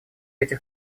этих